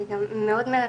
זה מאוד מרגש,